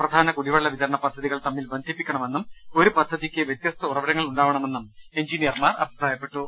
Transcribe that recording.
പ്രധാന കുടിവെള്ള വിത രണ പദ്ധതികൾ തമ്മിൽ ബന്ധിപ്പിക്കണമെന്നും ഒരു പദ്ധതിക്ക് വൃത്യസ്ത ഉറവിടങ്ങൾ ഉണ്ടാവണമെന്നും എഞ്ചിനിയർമാർ അഭിപ്രായപ്പെട്ടു